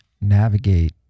navigate